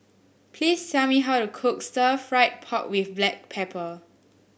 please tell me how to cook Stir Fried Pork with Black Pepper